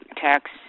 tax